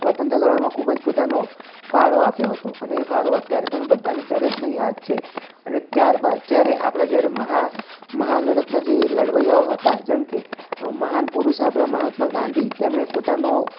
સ્વતંત્ર કરવામાં ખૂબ જ પોતાનો ફાળો આપ્યો હતો અને એ ફાળો અત્યારે પણ બધાને દરેકને યાદ છે અને ત્યારબાદ જ્યારે આપણા જ્યારે મહા મહા લડતના જે લડવૈયાઓ હતા જેમકે મહાન પુરુષ આપણા મહાત્મા ગાંધી તેમણે પોતાનો